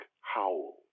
Howell